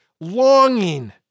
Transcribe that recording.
longing